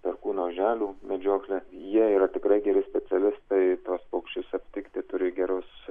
perkūno oželių medžioklė jie yra tikrai geri specialistai tuos paukščius aptikti turi gerus